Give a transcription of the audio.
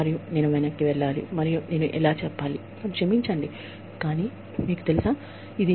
మరియు నేను తిరిగి వెళ్లి క్షమించండి నేను ఇలా చేశాను